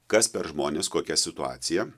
kas per žmonės kokia situacija